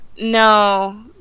no